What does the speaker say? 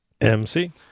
MC